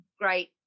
great